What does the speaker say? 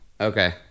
Okay